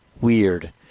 Weird